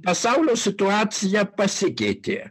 pasaulio situacija pasikeitė